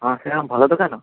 ହଁ ସେ ଆମ ଭଲ ଦୋକାନ